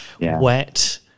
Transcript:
wet